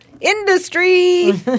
industry